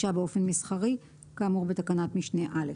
לרכישה באופן מסחרי כאמור בתקנת משנה (א).